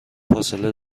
فاصله